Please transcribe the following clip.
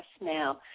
Now